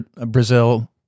Brazil